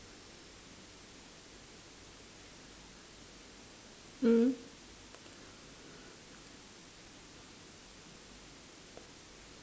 mm